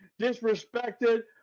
disrespected